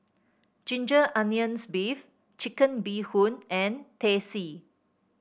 Ginger Onions beef Chicken Bee Hoon and Teh C